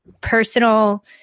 personal